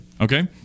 Okay